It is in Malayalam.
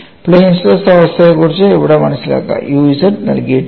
പ്ലെയിൻ സ്ട്രെസ് അവസ്ഥയെക്കുറിച്ച് ഇവിടെ മനസിലാക്കുക u z നൽകിയിട്ടില്ല